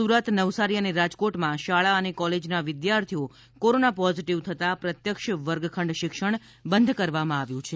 સુરત નવસારી અને રાજકોટમાં શાળા અને કોલેજના વિદ્યાર્થીઓ કોરોના પોઝિટિવ થતાં પ્રત્યક્ષ વર્ગખંડ શિક્ષણ બંધ કરવામાં આવ્યું છે